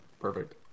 Perfect